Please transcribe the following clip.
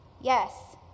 yes